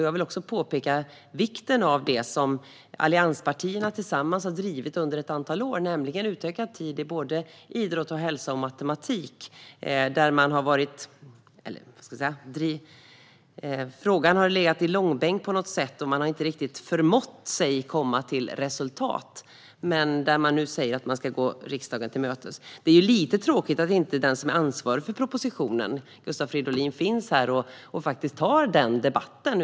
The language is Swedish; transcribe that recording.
Jag vill också påpeka vikten av det som allianspartierna tillsammans har drivit under ett antal år, nämligen utökad tid i både idrott och hälsa och matematik. Frågan har på något sätt dragits i långbänk, och regeringen har inte riktigt förmått komma till resultat. Men nu säger man alltså att man ska gå riksdagen till mötes. Det är lite tråkigt att den som är ansvarig för propositionen, Gustav Fridolin, inte finns här och tar debatten.